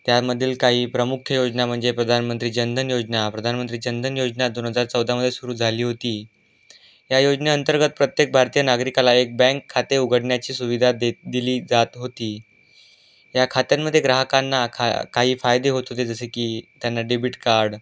त्यामधील काही प्रमुख्य योजना म्हणजे प्रधानमंत्री जनधन योजना प्रधानमंत्री जनधन योजना दोन हजार चौदामध्ये सुरू झाली होती या योजनेअंतर्गत प्रत्येक भारतीय नागरिकाला एक बँक खाते उघडण्याची सुविधा दे दिली जात होती या खात्यांमध्ये ग्राहकांना खा काही फायदे होत होते जसे की त्यांना डेबिट कार्ड